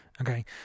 Okay